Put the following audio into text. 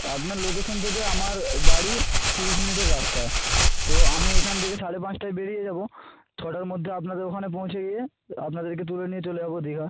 আপনার লোকেশান থেকে আমার বাড়ি তিরিশ মিনিটের রাস্তা তো আমি এখান থেকে সাড়ে পাঁচটায় বেরিয়ে যাব ছটার মধ্যে আপনাদের ওখানে পৌঁছে গিয়ে আপনাদেরকে তুলে নিয়ে চলে যাব দীঘা